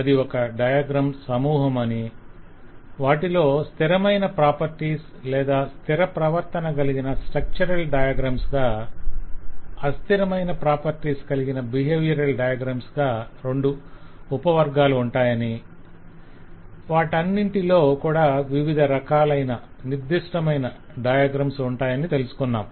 అది ఒక డయాగ్రమ్స్ సమూహం అని వాటిలో స్థిరమైన ప్రాపర్టీస్ లేదా స్థిర ప్రవర్తన కలిగిన స్ట్రక్చరల్ డయాగ్రమ్స్గా అస్థిరమైన ప్రాపర్టీస్ కలిగిన బిహేవియరల్ డయాగ్రమ్స్ గా రెండు ఉప వర్గాలు ఉంటాయని వాటన్నింటిలో కూడా వివిధ రకాలైన నిర్దిష్టమైన డయాగ్రమ్స్ ఉంటాయని తెలుసుకొన్నాం